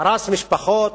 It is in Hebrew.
הרס משפחות,